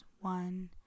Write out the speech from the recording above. One